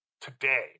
today